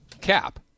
Cap